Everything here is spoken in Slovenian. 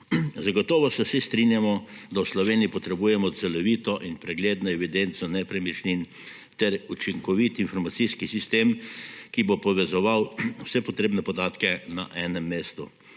Zagotovo se vsi strinjamo, da v Sloveniji potrebujemo celovito in pregledno evidenco nepremičnin ter učinkovit informacijski sistem, ki bo povezoval vse potrebne podatke na enem mestu.